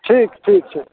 ठीक ठीक ठीक